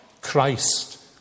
Christ